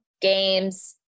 games